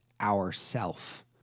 ourself